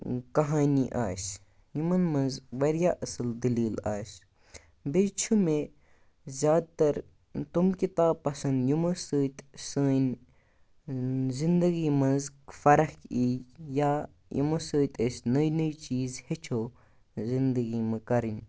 کہانی آسہِ یِمَن منٛز واریاہ اَصٕل دٔلیٖل آسہِ بیٚیہِ چھُ مےٚ زیادٕ تَر تِم کِتاب پَسنٛد یِمو سۭتۍ سٲنۍ زِنٛدگی منٛز فَرَق اِیہِ یا یِمو سۭتۍ أسۍ نٔے نٔے چیٖز ہیٚچھو زِنٛدگی مہٕ کَرٕنۍ